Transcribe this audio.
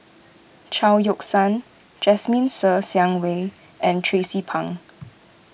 Chao Yoke San Jasmine Ser Xiang Wei and Tracie Pang